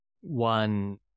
one